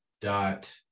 dot